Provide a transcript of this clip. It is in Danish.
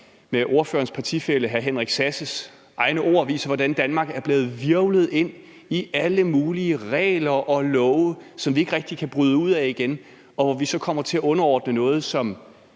med ordførerens partifælle hr. Henrik Sass Larsens egne ord bare viser, hvordan Danmark er blevet hvirvlet ind i alle mulige regler og love, som vi ikke rigtig kan bryde ud af igen, og hvor vi så kommer til at underordne os noget, som